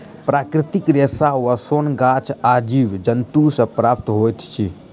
प्राकृतिक रेशा वा सोन गाछ आ जीव जन्तु सॅ प्राप्त होइत अछि